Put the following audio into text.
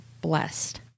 blessed